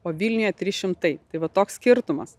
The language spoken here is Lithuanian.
o vilniuje trys šimtai tai va toks skirtumas